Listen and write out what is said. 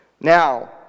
Now